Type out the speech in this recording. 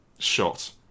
Shot